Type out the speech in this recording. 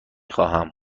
خواهم